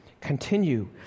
continue